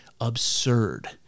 absurd